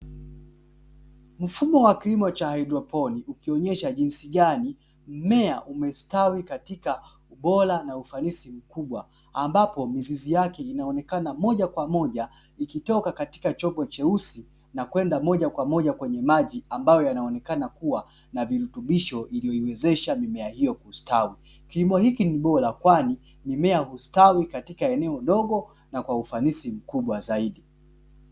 Mfumo wa kilimo cha haidroponi, ukionyesha jinsi gani, mmea umestawi katika ubora na ufanisi mkubwa, ambapo mizizi yake inaonekana moja kwa moja ikitoka katika chombo cheusi na kwenda moja kwa moja kwenye maji, ambayo yanaonekana kuwa na virutubisho iliyo iewezesha mimea hiyo kustawi. Kilimo hiki ni bora, kwani mimea hustawi katika eneo dogo na kwa ufanisi mkubwa zaidi.